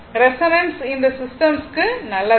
resonance இந்த system க்கு நல்லதல்ல